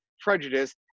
prejudice